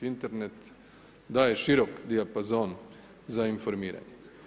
Internet daje širok dijapazon za informiranje.